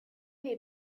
les